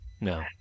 no